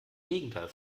gegenteil